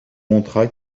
montra